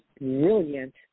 brilliant